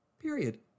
Period